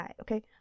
okay